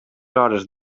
hores